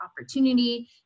opportunity